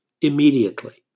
immediately